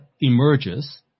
emerges